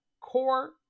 core